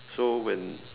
so when